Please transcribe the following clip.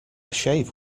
shave